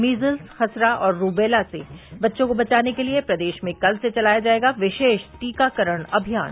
measles खसरा और rubella से बच्चों को बचाने के लिए प्रदेश में कल से चलाया जायेगा विशेष टीकाकरण अभियान